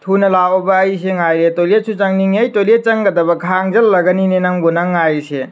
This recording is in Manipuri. ꯊꯨꯅ ꯂꯥꯛꯑꯣꯕ ꯑꯩꯁꯦ ꯉꯥꯏꯔꯤ ꯇꯣꯏꯂꯦꯠꯁꯨ ꯆꯪꯅꯤꯡꯉꯦ ꯑꯩ ꯇꯣꯏꯂꯦꯠ ꯆꯪꯒꯗꯕ ꯈꯥꯡꯖꯤꯜꯂꯒꯅꯤꯅꯦ ꯅꯪꯕꯨ ꯅꯪ ꯉꯥꯏꯔꯤꯁꯦ